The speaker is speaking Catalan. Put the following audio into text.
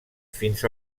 fins